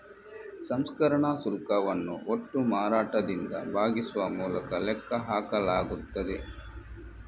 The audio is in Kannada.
ಸಂಸ್ಕರಣಾ ಶುಲ್ಕವನ್ನು ಒಟ್ಟು ಮಾರಾಟದಿಂದ ಭಾಗಿಸುವ ಮೂಲಕ ಲೆಕ್ಕ ಹಾಕಲಾಗುತ್ತದೆ